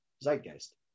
zeitgeist